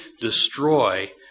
destroy